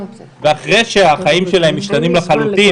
אחרי שהחיים שלהם משתנים לחלוטין,